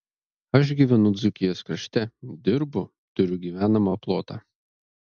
aš gyvenu dzūkijos krašte dirbu turiu gyvenamą plotą